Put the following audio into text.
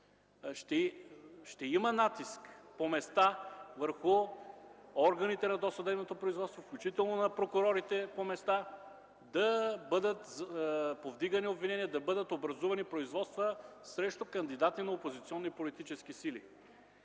ще има натиск по места върху органите на досъдебното производство, включително на прокурорите по места, да бъдат повдигани обвинения, да бъдат образувани производства срещу кандидати на опозиционни политически сили.